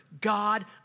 God